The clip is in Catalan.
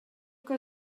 que